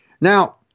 Now